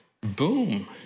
boom